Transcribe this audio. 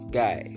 guy